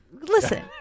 Listen